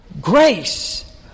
Grace